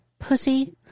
Pussy